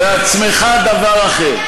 מעצמך דבר אחר.